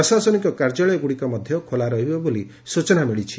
ପ୍ରଶାସନିକ କାର୍ଯ୍ୟାଳୟ ଗୁଡିକ ମଧ୍ଧ ଖୋଲା ରହିବ ବୋଲି ସୂଚନା ମିଳିଛି